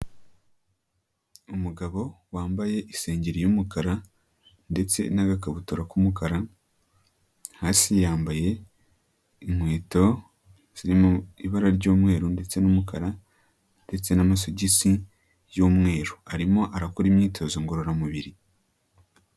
Umugabo wambaye isengeri y'umukara ndetse n'agakabutura k'umukara, hasi yambaye inkweto zirimo ibara ry'umweru ndetse n'umukara ndetse n'amasogisi y'umweru, arimo arakora imyitozo ngororamubiri.